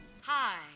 Hi